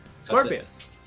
scorpius